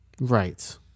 Right